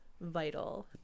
vital